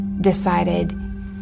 decided